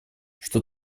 что